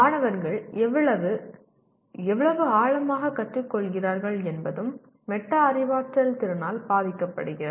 மாணவர்கள் எவ்வளவு எவ்வளவு ஆழமாகக் கற்றுக்கொள்கிறார்கள் என்பதும் மெட்டா அறிவாற்றல் திறனால் பாதிக்கப்படுகிறது